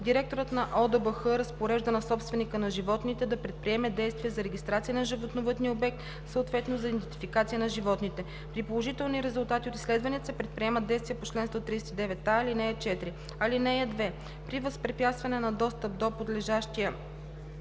директорът на ОДБХ разпорежда на собственика на животните да предприеме действия за регистрация на животновъдния обект, съответно за идентификация на животните. При положителни резултати от изследванията се предприемат действията по чл. 139а, ал. 4. (2) При възпрепятстване на достъп до подлежащия